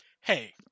Hey